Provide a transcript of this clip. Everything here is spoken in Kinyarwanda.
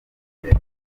imbere